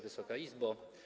Wysoka Izbo!